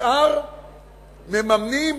השאר מממנים,